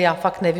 Já fakt nevím.